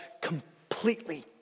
completely